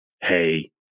Hey